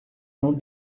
não